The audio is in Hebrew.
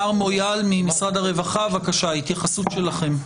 מר מויאל ממשרד הרווחה, בבקשה התייחסות שלכם.